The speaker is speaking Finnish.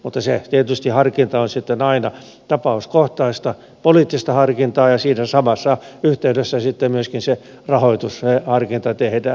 mutta tietysti sitten se harkinta on aina tapauskohtaista poliittista harkintaa ja siinä samassa yhteydessä sitten myöskin se rahoitusharkinta tehdään